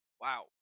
wow